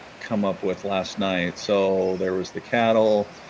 come up with last night so there was the cattle